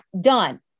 done